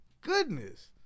Goodness